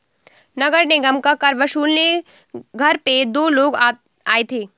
नगर निगम का कर वसूलने घर पे दो लोग आए थे